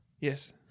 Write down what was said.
Yes